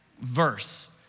verse